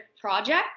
project